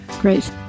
Great